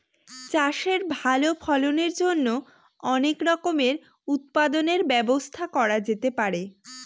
চাষের ভালো ফলনের জন্য অনেক রকমের উৎপাদনের ব্যবস্থা করা যেতে পারে